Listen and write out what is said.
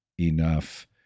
enough